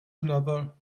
another